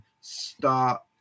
start